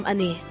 Ani